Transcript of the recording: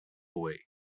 away